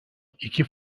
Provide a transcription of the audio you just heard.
iki